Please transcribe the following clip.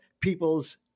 people's